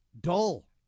dull